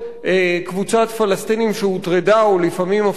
פלסטינים שהוטרדה או לפעמים אפילו הותקפה.